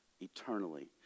eternally